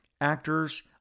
actors